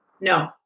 no